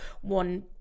one